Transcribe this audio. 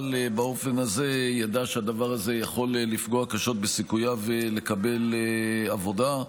באופן הזה ידע שהדבר הזה יכול לפגוע קשות בסיכוייו לקבל עבודה.